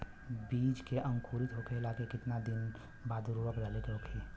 बिज के अंकुरित होखेला के कितना दिन बाद उर्वरक डाले के होखि?